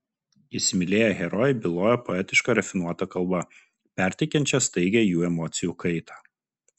įsimylėję herojai byloja poetiška rafinuota kalba perteikiančia staigią jų emocijų kaitą